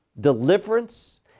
deliverance